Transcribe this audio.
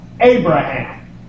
Abraham